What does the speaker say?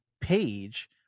page